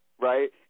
right